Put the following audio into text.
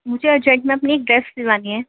مجھے ارجنٹ میں اپنی ڈریس سِلوانی ہے